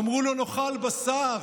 אמרו לו: נאכל בשר